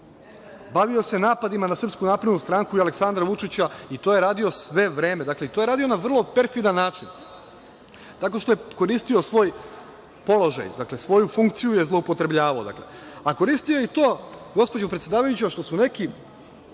bavio se napadima na SNS i Aleksandra Vučića i to je radio sve vreme. Dakle, to je radio na vrlo perfidan način tako što je koristio svoj položaj, dakle, svoju funkciju je zloupotrebljavao. A koristio je i to, gospođo predsedavajuća što su neki